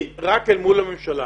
היא רק אל מול הממשלה.